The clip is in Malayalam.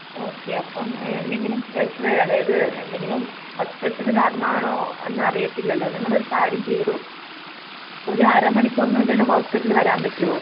ഓക്കെ അപ്പം എന്തെങ്കിലും പ്രഷർ അതായത് എന്തെങ്കിലും വർക്ക് പ്രഷർ കാരണം ആണോ എന്ന് അറിയത്തില്ലല്ലൊ നിങ്ങൾ ഒരു കാര്യം ചെയ്യൂ ഒരു അര മണിക്കൂറിനുള്ളിൽ ഹോസ്പിറ്റലിൽ വരാൻ പറ്റുവോ